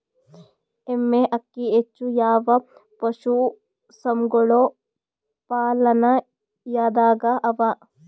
ಎಮ್ಮೆ ಅಕ್ಕಿ ಹೆಚ್ಚು ಯಾವ ಪಶುಸಂಗೋಪನಾಲಯದಾಗ ಅವಾ?